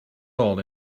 all